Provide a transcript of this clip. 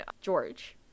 George